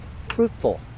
fruitful